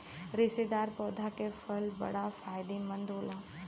रेशेदार पौधा के फल बड़ा फायदेमंद होला